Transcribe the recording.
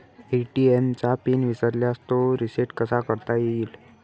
ATM चा PIN विसरल्यास तो रिसेट कसा करता येईल?